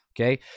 okay